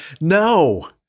No